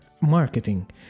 marketing